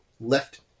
left